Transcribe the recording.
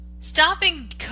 stopping